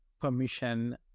permission